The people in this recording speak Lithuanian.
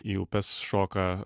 į upes šoka